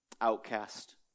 outcast